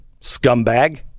scumbag